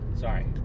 sorry